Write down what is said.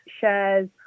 shares